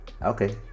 okay